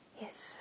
Yes